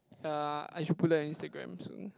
ya I should put that in Instagram soon